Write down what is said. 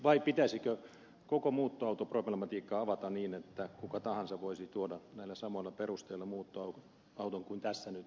vai pitäisikö koko muuttoautoproblematiikka avata niin että kuka tahansa voisi tuoda muuttoauton näillä samoilla perusteilla kuin tässä nyt esitetään